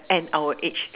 and our age